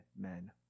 men